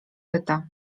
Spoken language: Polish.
pyta